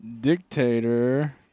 Dictator